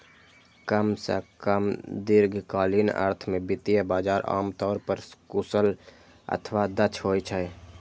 कम सं कम दीर्घकालीन अर्थ मे वित्तीय बाजार आम तौर पर कुशल अथवा दक्ष होइ छै